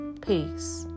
Peace